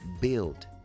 Build